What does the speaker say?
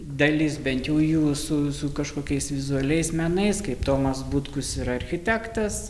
dalis bent jau jų su su kažkokiais vizualiais menais kaip tomas butkus yra architektas